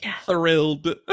thrilled